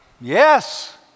Yes